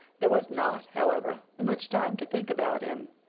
there was not, however, much time to think about him.